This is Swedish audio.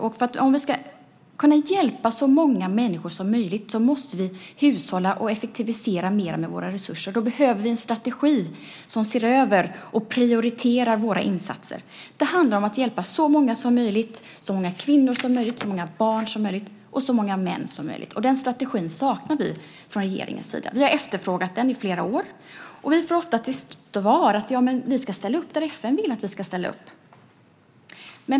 Om vi ska kunna hjälpa så många människor som möjligt måste vi hushålla och effektivisera mer med våra resurser. Då behöver vi en strategi som ser över och prioriterar våra insatser. Det handlar om att hjälpa så många som möjligt, så många kvinnor som möjligt, så många barn som möjligt och så många män som möjligt. Den strategin saknar vi från regeringens sida. Vi har efterfrågat den i flera år, och vi får ofta till svar att vi ska ställa upp där FN vill att vi ska ställa upp.